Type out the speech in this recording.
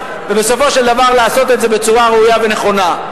ובסופו של דבר לעשות את זה בצורה ראויה ונכונה.